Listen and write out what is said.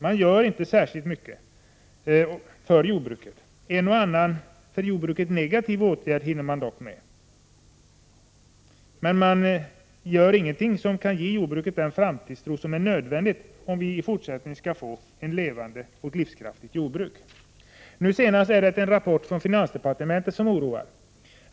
Den gör inte särskilt mycket för jordbruket. En och annan för jordbruket negativ åtgärd hinner regeringen dock med, men den gör inget som kan ge jordbruket den framtidstro som är nödvändig, om vi i fortsättningen skall få ett levande och livskraftigt jordbruk. Nu senast är det en rapport från finansdepartementet som oroar.